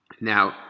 Now